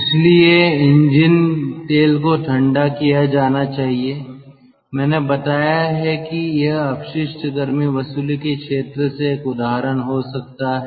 इसलिए इंजन तेल को ठंडा किया जाना चाहिए मैंने बताया है कि यह अपशिष्ट गर्मी वसूली के क्षेत्र से एक उदाहरण हो सकता है